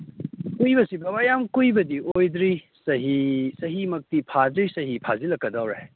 ꯀꯨꯏꯕꯁꯤ ꯕꯥꯕꯥ ꯌꯥꯝ ꯀꯨꯏꯕꯗꯤ ꯑꯣꯏꯗ꯭ꯔꯤ ꯆꯍꯤ ꯆꯍꯤꯃꯛꯇꯤ ꯐꯥꯗ꯭ꯔꯤ ꯆꯍꯤ ꯐꯥꯖꯤꯜꯂꯛꯀꯗꯧꯔꯦ